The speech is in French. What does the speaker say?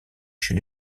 chez